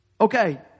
okay